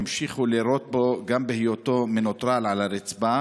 והמשיכו לירות בו גם בהיותו מנוטרל על הרצפה